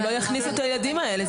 הם לא יכניסו את הילדים האלה.